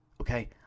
Okay